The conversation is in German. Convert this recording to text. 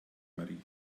marie